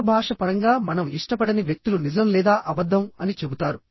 శరీర భాష పరంగా మనం ఇష్టపడని వ్యక్తులు నిజం లేదా అబద్ధం అని చెబుతారు